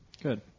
Good